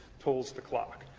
tolls the clock.